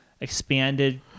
expanded